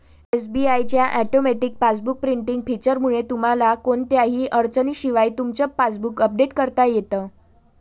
SBI च्या automatic passbook printing फीचरमुळे तुम्हाला कोणत्याही अडचणीशिवाय तुमचं पासबुक अपडेट करता येतं